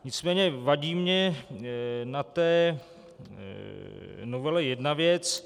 Nicméně vadí mně na novele jedna věc.